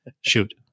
Shoot